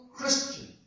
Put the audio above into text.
Christian